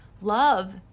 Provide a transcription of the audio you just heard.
Love